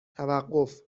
توقف